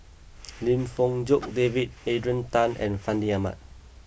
Lim Fong Jock David Adrian Tan and Fandi Ahmad